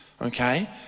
okay